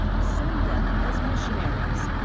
send them as missionaries.